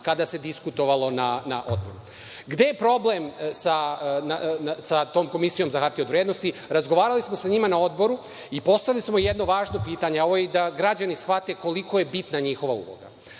kada se diskutovalo. Gde je problem sa tom Komisijom za hartije od vrednosti? Razgovarali smo na odboru i postavili smo jedno važno pitanje, a ovo i da građani shvate koliko je bitna njegova uloga.